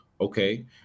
okay